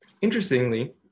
Interestingly